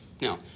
Now